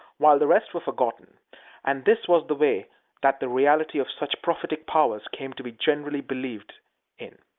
while the rest were forgotten and this was the way that the reality of such prophetic powers came to be generally believed in.